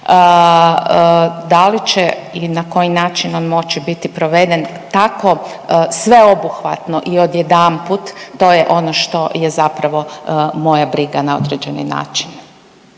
Da li će i na koji način on moći biti proveden tako sveobuhvatno i odjedanput to je ono što je zapravo moja briga na određeni način.